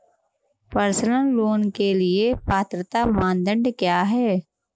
Personal loan के लिए पात्रता मानदंड क्या हैं?